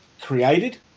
created